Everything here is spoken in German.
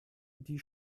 die